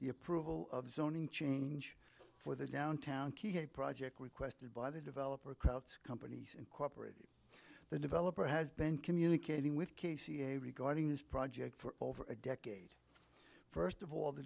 the approval of zoning change for the downtown key a project requested by the developer krauts companies incorporated the developer has been communicating with casey a regarding this project for over a decade first of all the